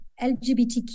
LGBTQ